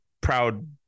proud